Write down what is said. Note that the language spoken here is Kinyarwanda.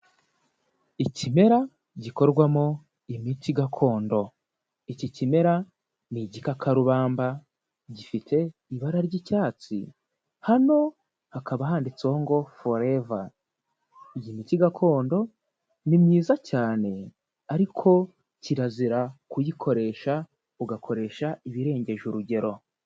Ikimera gikorwamo imiti gakondo. Iki kimera ni igikakarubamba gifite ibara ry'icyatsi, hano hakaba handitseho ngo: forever, iyi miti gakondo ni myiza cyane ariko kirazira kuyikoresha ugakoresha ibirengeje urugero.